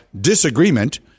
disagreement